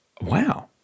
wow